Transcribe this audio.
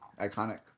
iconic